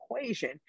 equation